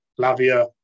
Lavia